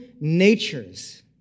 natures